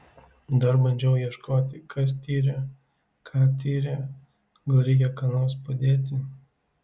dar bandžiau ieškoti kas tyrė ką tyrė gal reikia ką nors padėti